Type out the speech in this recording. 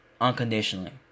unconditionally